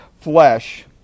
flesh